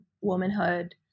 womanhood